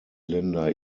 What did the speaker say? länder